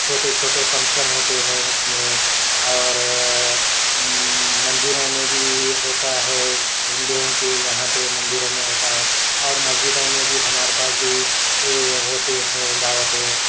چھوٹے چھوٹے فنکشن ہوتے ہیں اس میں اور مندروں میں بھی ہوتا ہے ہندوؤں کے یہاں پہ مندروں میں ہوتا ہے اور مسجدوں میں بھی ہمارے پاس بھی ہوتے ہیں دعوتیں